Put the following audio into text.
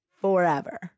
Forever